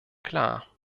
klar